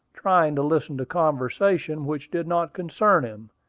trying to listen to conversation which did not concern him.